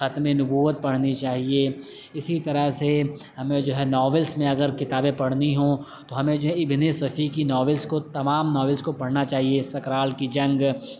ختم نبوت پڑھنی چاہیے اسی طرح سے ہمیں جو ہے ناولس میں اگر کتابیں پڑھنی ہوں تو ہمیں جو ہے ابن صفی کی ناولس کو تمام ناولس کو پڑھنا چاہیے سکرال کی جنگ